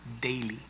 daily